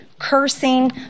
cursing